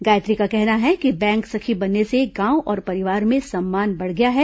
गायत्री का कहना है कि बैंक सखी बनने से गांव और परिवार में सम्मान बढ़ गया है